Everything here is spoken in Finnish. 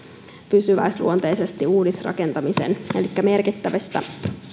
pysyväisluonteisesti uudisrakentamisen elikkä merkittävistä